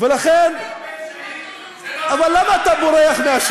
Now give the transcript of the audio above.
ולכן, לקרוא למחבל שהיד זה לא דמוקרטי.